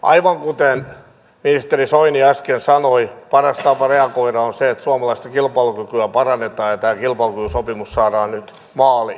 aivan kuten ministeri soini äsken sanoi paras tapa reagoida on se että suomalaista kilpailukykyä parannetaan ja tämä kilpailukykysopimus saadaan nyt maaliin